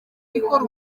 ikora